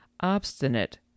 obstinate